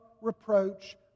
reproach